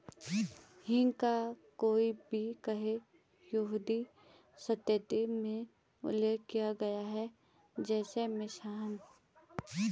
हींग का भी कई बार यहूदी साहित्य में उल्लेख किया गया है, जैसे मिशनाह